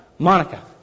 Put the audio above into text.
Monica